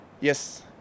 Yes